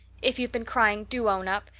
if you've been crying do own up.